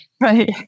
Right